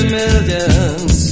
millions